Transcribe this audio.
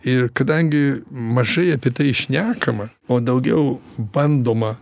ir kadangi mažai apie tai šnekama o daugiau bandoma